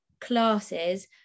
classes